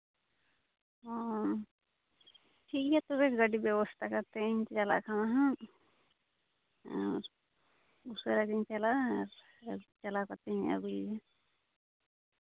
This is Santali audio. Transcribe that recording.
ᱚ ᱴᱷᱤᱠ ᱜᱮᱭᱟ ᱛᱚᱵᱮ ᱜᱟᱹᱰᱤ ᱵᱮᱵᱚᱥᱛᱷᱟ ᱠᱟᱛᱮᱫ ᱤᱧ ᱪᱟᱞᱟᱜ ᱠᱟᱱᱟ ᱦᱟᱸᱜ ᱟᱨ ᱩᱥᱟᱹᱨᱟᱜᱤᱧ ᱪᱟᱞᱟᱜᱼᱟ ᱟᱨ ᱟᱨ ᱪᱟᱞᱟᱣ ᱠᱟᱛᱮᱧ ᱟᱹᱜᱩᱭᱮᱭᱟ